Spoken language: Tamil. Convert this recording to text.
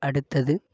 அடுத்தது